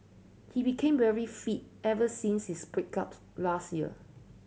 he became very fit ever since his break up last year